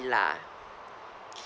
villa